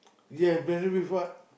ya married with what